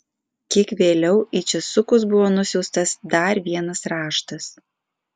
kiek vėliau į česukus buvo nusiųstas dar vienas raštas